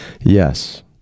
Yes